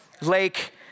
Lake